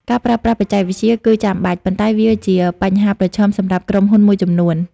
ការប្រើប្រាស់បច្ចេកវិទ្យាគឺចាំបាច់ ប៉ុន្តែវាជាបញ្ហាប្រឈមសម្រាប់ក្រុមហ៊ុនមួយចំនួន។